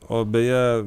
o beje